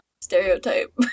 stereotype